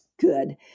good